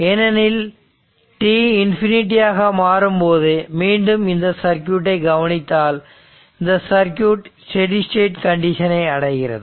ஏனெனில் t infinity ஆக மாறும்போது மீண்டும் இந்த சர்க்யூட்டை கவனித்தால் இந்த சர்க்யூட் ஸ்டெடி ஸ்டேட் கண்டிஷனை அடைகிறது